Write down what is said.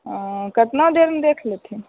कतना देरमे देख लेथिन